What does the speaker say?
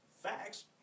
facts